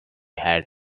had